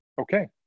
okay